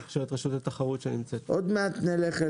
שלדעתי זה צריך לבוא עם מחקר ומעקב.